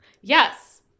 Yes